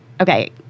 okay